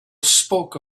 spoke